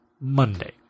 Monday